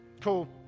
Cool